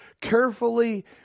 carefully